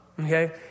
okay